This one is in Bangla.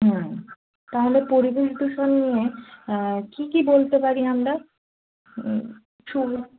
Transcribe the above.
হুম তাহলে পরিবেশ দূষণ নিয়ে কী কী বলতে পারি আমরা শ